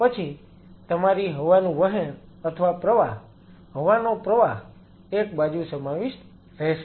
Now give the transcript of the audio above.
પછી તમારી હવાનું વહેણ અથવા પ્રવાહ હવાનો પ્રવાહ એક બાજુ સમાવિષ્ટ રહેશે